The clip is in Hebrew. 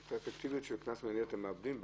את האפקטיביות של קנס מינהלי אתם מאבדים,